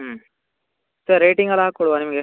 ಹ್ಞೂ ಸರ್ ರೇಟಿಂಗಲ್ಲಿ ಹಾಕ್ಕೊಡುವ ನಿಮಗೆ